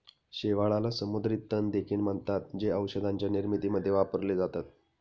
शेवाळाला समुद्री तण देखील म्हणतात, जे औषधांच्या निर्मितीमध्ये वापरले जातात